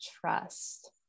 trust